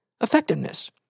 effectiveness